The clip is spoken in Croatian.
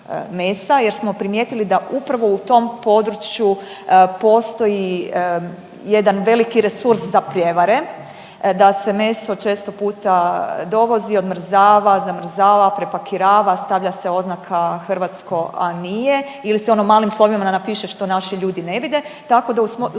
jer smo primijetili da upravo u tom području postoji jedan veliki resurs za prijevare, da se meso često puta dovozi, odmrzava, zamrzava, prepakirava, stavlja se oznaka hrvatsko, a nije, ili se ono malim slovima napiše što naši ljudi ne vide, tako da u tom